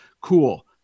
cool